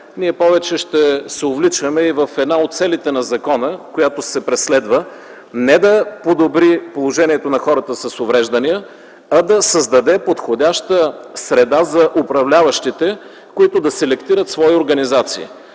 ние повече ще се увличаме и в една от целите на закона, която се преследва, не да подобри положението на хората с увреждания, а да създаде подходяща среда за управляващите, които да селектират свои организации.